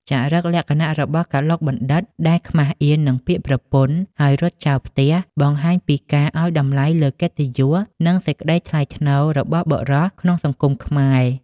ចរិតលក្ខណៈរបស់កឡុកបណ្ឌិត្យ ដែលខ្មាសអៀននឹងពាក្យប្រពន្ធ ហើយរត់ចោលផ្ទះ បង្ហាញពីការឱ្យតម្លៃលើកិត្តិយស និងសេចក្តីថ្លៃថ្នូររបស់បុរសក្នុងសង្គមខ្មែរ។